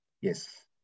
Yes